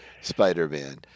Spider-Man